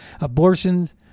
abortions